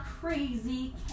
crazy